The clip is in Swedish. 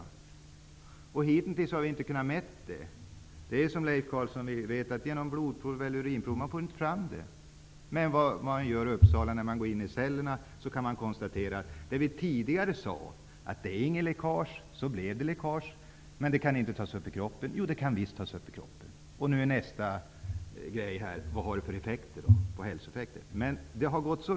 Man har hittills inte kunnat mäta detta. Som Leif Carlson vet får man inte fram det genom blodprov eller urinprov. När man i Uppsala går in i cellerna kan man konstatera att trots att det tidigare sagts att det inte blev något läckage, förekommer det läckage. Man har också sagt att detta inte kan tas upp i kroppen. Nu säger man att det visst kan tas upp i kroppen. Nästa steg är vilka hälsoeffekter detta får.